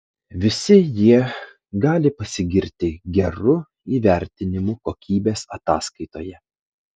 visi jie gali pasigirti geru įvertinimu kokybės ataskaitoje